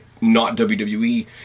not-WWE